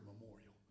memorial